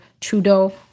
Trudeau